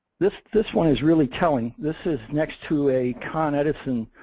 this this one is really telling. this is next to a con edison